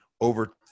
over